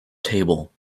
table